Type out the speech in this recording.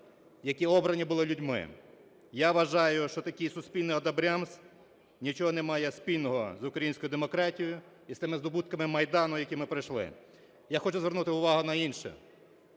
які обрані були людьми. Я вважаю, що такий суспільний "одобрямс" нічого немає спільного з українською демократією і з тими здобутками Майдану, які ми пройшли. Я хочу звернути увагу на інше.